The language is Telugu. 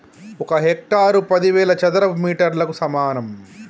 ఒక హెక్టారు పదివేల చదరపు మీటర్లకు సమానం